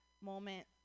moment